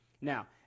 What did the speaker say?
Now